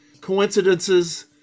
coincidences